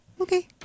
Okay